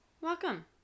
Welcome